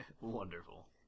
Wonderful